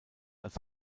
als